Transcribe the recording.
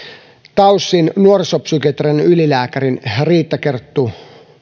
taysin nuorisopsykiatrian ylilääkärin riittakerttu